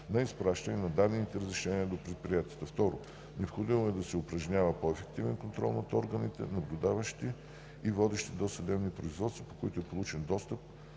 на изпращане на дадените разрешения до предприятията. 2. Необходимо е да се упражнява по-ефективен контрол над органите, наблюдаващи и водещи досъдебните производства, по които е получен достъп